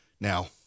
Now